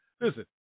Listen